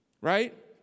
right